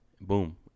Boom